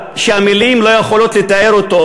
שהמילים לא יכולות לתאר אותו.